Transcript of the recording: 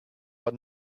but